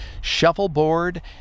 Shuffleboard